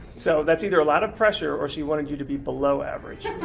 so that's either a lot of pressure, or she wanted you to be below average!